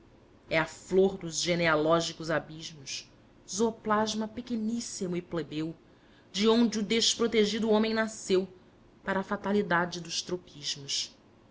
é a flor dos genealógicos abismos zooplasma pequeníssimo e plebeu de onde o desprotegido homem nasceu para a fatalidade dos tropismos